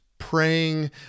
praying